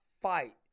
fight